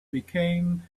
became